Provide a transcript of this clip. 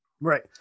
Right